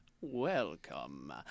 Welcome